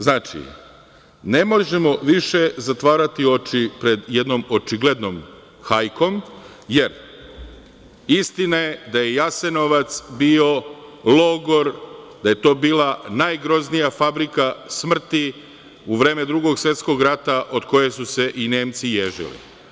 Znači, ne možemo više zatvarati oči pred jednom očiglednom hajkom, jer istina je da je Jasenovac bio logor, da je to bila najgroznija fabrika smrti u vreme Drugog svetskog rata, od kojeg su se i Nemci ježili.